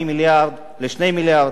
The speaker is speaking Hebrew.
ממיליארד ל-2 מיליארד.